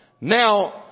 Now